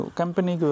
company